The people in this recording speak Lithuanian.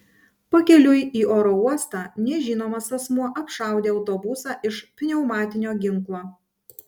pakeliui į oro uostą nežinomas asmuo apšaudė autobusą iš pneumatinio ginklo